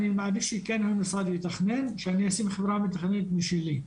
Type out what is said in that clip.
אני מעדיף שכן המשרד יתכנן שאני אשים חברה מתכננת משלי.